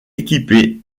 équipé